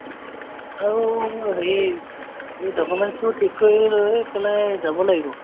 আৰু হেৰি এই ডকুমেণ্টচটো ঠিক কৰি লৈ পেলাই যাব লাগিব